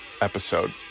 episode